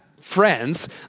friends